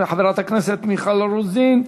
חברת הכנסת מיכל רוזין,